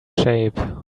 shape